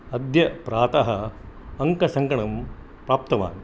अद्य प्रातः अङ्कसङ्गणकं प्राप्तवान्